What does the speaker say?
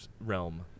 realm